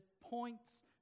points